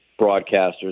broadcasters